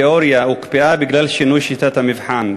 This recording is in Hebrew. תיאוריה הוקפאה בגלל שינוי שיטת המבחן.